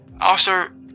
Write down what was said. Officer